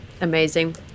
Amazing